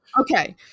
Okay